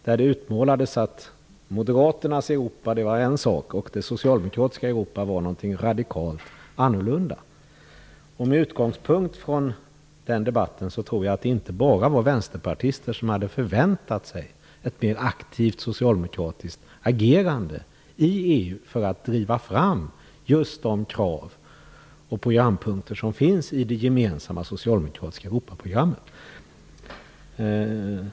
Där utmålades att moderaternas Europa var en sak och det socialdemokratiska Europa var något radikalt annorlunda. Med utgångspunkt från den debatten tror jag att det inte bara var vänsterpartister som hade förväntat sig ett mer aktivt socialdemokratiskt agerande i EU för att driva fram just de krav och programpunkter som finns i det gemensamma socialdemokratiska Europaprogrammet.